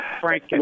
Frank